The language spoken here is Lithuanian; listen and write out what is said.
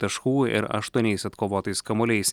taškų ir aštuoniais atkovotais kamuoliais